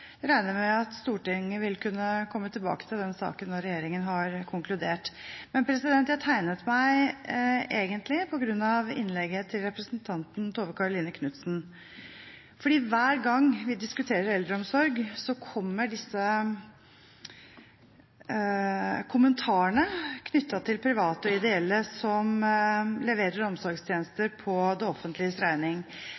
regner med at Stortinget vil komme tilbake til saken når regjeringen har konkludert. Jeg tegnet meg egentlig på grunn av innlegget til representanten Tove Karoline Knutsen, for hver gang vi diskuterer eldreomsorg, så kommer disse kommentarene knyttet til private og ideelle som leverer omsorgstjenester på det offentliges regning.